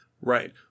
Right